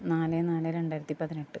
നാല് നാല് രണ്ടായിരത്തി പതിനെട്ട്